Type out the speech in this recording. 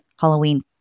Halloween